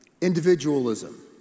individualism